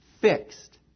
Fixed